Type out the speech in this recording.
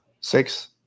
Six